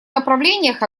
направлениях